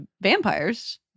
vampires